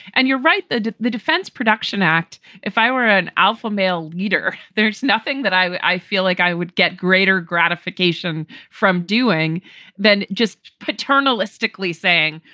and you're right that the defense production act, if i were an alpha male leader, there's nothing that i feel like i would get greater gratification from doing than just paternalistically saying,